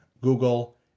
Google